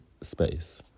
space